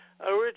original